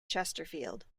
chesterfield